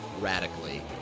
radically